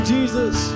Jesus